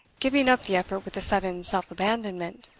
giving up the effort with a sudden self-abandonment.